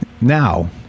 now